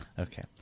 okay